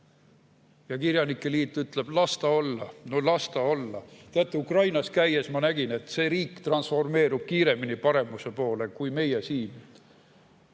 Ja kirjanike liit ütleb, et las ta olla, no las ta olla. Teate, Ukrainas käies ma nägin, et see riik transformeerub kiiremini paremuse poole kui meie siin.